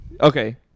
Okay